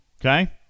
Okay